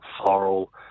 floral